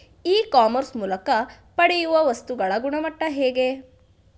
E commerce ಮೂಲಕ ಪಡೆಯುವ ವಸ್ತುಗಳ ಗುಣಮಟ್ಟ ಹೇಗೆ?